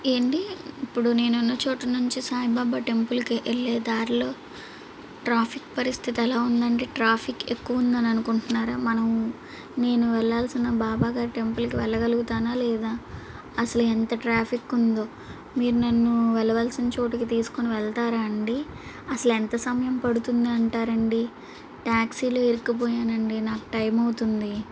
ఏవండి ఇప్పుడు నేనున్న చోటు నుంచి సాయిబాబా టెంపుల్కి వెళ్ళే దారిలో ట్రాఫిక్ పరిస్థితి ఎలా ఉందండి ట్రాఫిక్ ఎక్కువ ఉందని అనుకుంటున్నారా మనము నేను వెళ్ళాల్సిన బాబా గారి టెంపుల్కి వెళ్ళగలుగుతానా లేదా అసలు ఎంత ట్రాఫిక్ ఉందో మీరు నన్ను వెళ్ళవలసిన చోటికి తీసుకొని వెళ్తారా అండి అసలు ఎంత సమయం పడుతుంది అంటారండి ట్యాక్సీలో ఇరుక్కుపోయానండి నాకు టైం అవుతుంది